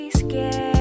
scared